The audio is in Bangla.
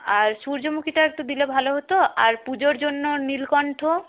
আর সূর্যমুখীটা একটু দিলে ভালো হতো আর পুজোর জন্য নীলকন্ঠ